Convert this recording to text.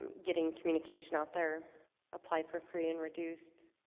getting communication out there apply for free and reduced